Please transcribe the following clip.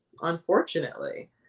unfortunately